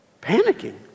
panicking